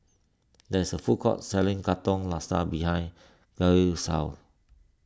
there is a food court selling Katong Laksa behind Gail's house